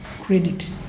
credit